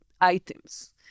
items